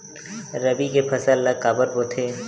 रबी के फसल ला काबर बोथे?